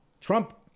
Trump